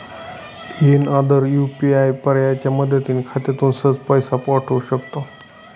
any other UPI पर्यायाच्या मदतीने खात्यातून सहज पैसे पाठवू शकतो